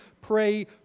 pray